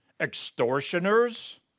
extortioners